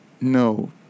No